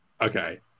okay